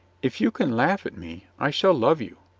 if you can laugh at me, i shall love you,